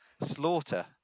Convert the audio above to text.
slaughter